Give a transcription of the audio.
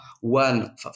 one